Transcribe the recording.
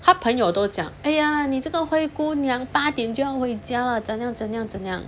他朋友都讲哎呀你这个灰姑娘八点就要回家了怎样怎样怎样